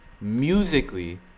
musically